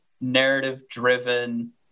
narrative-driven